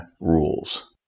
rules